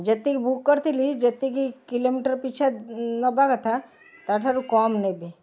ଯେତିକି ବୁକ୍ କରିଥିଲି ଯେତିକି କିଲୋମିଟର ପିଛା ନେବା କଥା ତା ଠାରୁ କମ୍ ନେବି